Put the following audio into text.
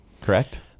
correct